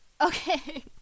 Okay